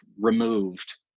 removed